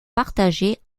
partagées